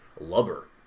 lubber